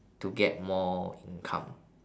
to get more income